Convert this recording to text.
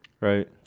Right